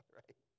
right